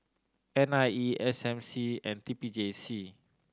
N I E S M C and T P J C